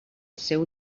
seu